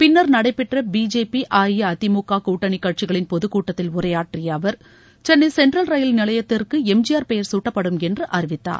பின்னர் நடைபெற்ற பிஜேபி அஇஅதிமுக கூட்டணி கட்சிகளின் பொதுக் கூட்டத்தில் உரையாற்றிய அவர் சென்னை சென்ட்ரல் ரயில் நிலையத்திற்கு எம்ஜிஆர் பெயர் சூட்டப்படும் என்று அறிவித்தார்